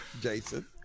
Jason